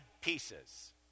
pieces